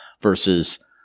Versus